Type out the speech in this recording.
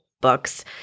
books